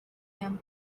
atm